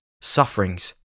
sufferings